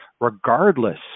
regardless